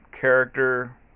character